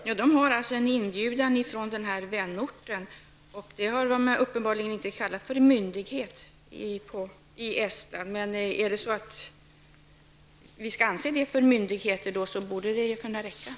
Herr talman! Ungdomarna har alltså en inbjudan från vänorten, som ju uppenbarligen inte betraktas som en myndighet i Estland, men om vänorten skall betraktas som en myndighet borde ju en sådan inbjudan vara tillräcklig.